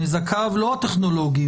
נזקיו לא הטכנולוגיים,